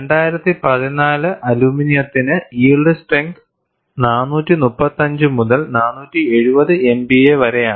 2014 അലുമിനിയത്തിന് yield strength 435 മുതൽ 470 MPa വരെയാണ്